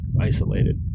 isolated